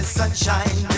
sunshine